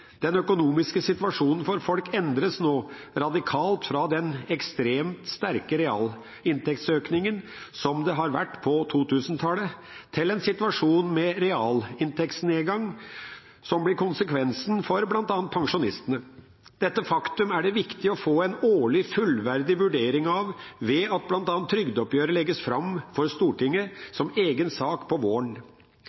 Den økonomiske situasjonen for folk endres nå radikalt fra den ekstremt sterke realinntektsøkningen som har vært på 2000-tallet, til en situasjon med realinntektsnedgang, som blir konsekvensen for bl.a. pensjonistene. Dette faktum er det viktig å få en årlig, fullverdig vurdering av ved at bl.a. trygdeoppgjøret legges fram for Stortinget